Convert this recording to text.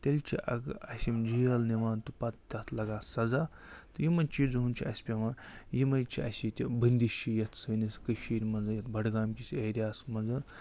تیٚلہِ چھِ اَسہِ یِم جیل نِوان تہٕ پتہٕ تَتھ لگان سزا تہٕ یِمَن چیٖزَن ہُنٛد چھِ اَسہِ پٮ۪وان یِمَے چھِ اَسہِ ییٚتہِ بٔنٛدِش چھِ یَتھ سٲنِس کٔشیٖرِ منٛز یَتھ بَڈگام کِس ایرِیاہَس منٛز